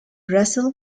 russell